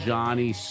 Johnny